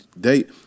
date